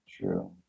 True